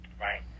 Right